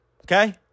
Okay